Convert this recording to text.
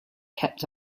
kept